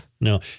No